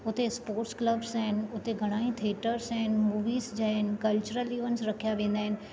हुते sports clubs आहिनि हुते घणेई थिएटर्स आहिनि मूवीस जा आहिनि कल्चरल इवैंट्स रखिया वेंदा आहिनि